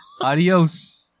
adios